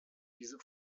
diese